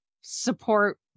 support